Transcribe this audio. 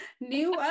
new